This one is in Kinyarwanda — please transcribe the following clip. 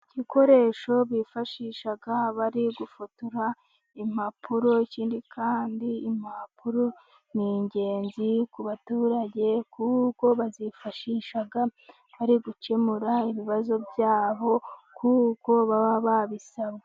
Ibikoresho bifashisha bari gufotora impapuro. Ikindi kandi impapuro ni ingenzi ku baturage, kuko bazifashisha bari gukemura ibibazo byabo, kuko baba babisabwe.